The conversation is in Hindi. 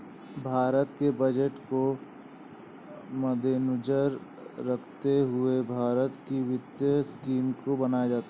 भारत के बजट को मद्देनजर रखते हुए भारत की वित्तीय स्कीम को बनाया जाता है